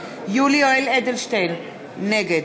יולי יואל אדלשטיין, נגד